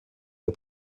der